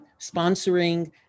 sponsoring